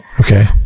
Okay